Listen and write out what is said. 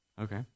Okay